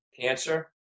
cancer